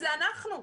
אלה אנחנו.